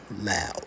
loud